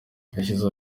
yashyize